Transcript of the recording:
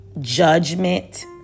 judgment